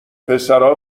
پسرا